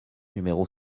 numéro